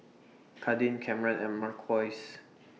Kadin Cameron and Marquise